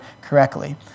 correctly